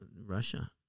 Russia